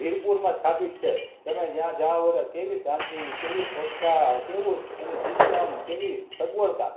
વીરપુરમાં સ્થાપિત છે તમે જ્યાં જાઓ એટલે કેવી શાંતિ કેવી સ્વચ્છતા કેવું એની સિસ્ટમ કેવી સગવડતા